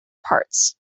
parts